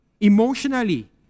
emotionally